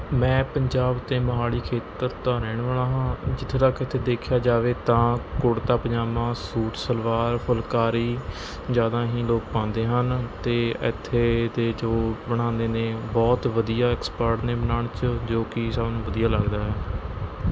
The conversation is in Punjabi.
ਮੈਂ ਪੰਜਾਬ ਦੇ ਮੋਹਾਲੀ ਖੇਤਰ ਦਾ ਰਹਿਣ ਵਾਲ਼ਾ ਹਾਂ ਜਿੱਥੋਂ ਤੱਕ ਇੱਥੇ ਦੇਖਿਆ ਜਾਵੇ ਤਾਂ ਕੁੜਤਾ ਪਜਾਮਾ ਸੂਟ ਸਲਵਾਰ ਫੁਲਕਾਰੀ ਜਿਆਦਾ ਹੀ ਲੋਕ ਪਾਉਂਦੇ ਹਨ ਅਤੇ ਇੱਥੇ ਦੇ ਜੋ ਬਣਾਉਂਦੇ ਨੇ ਬਹੁਤ ਵਧੀਆ ਐਕਸਪਰਟ ਨੇ ਬਣਾਉਣ 'ਚ ਜੋ ਕਿ ਸਾਨੂੰ ਵਧੀਆ ਲੱਗਦਾ ਹੈ